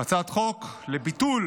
הצעת חוק לביטול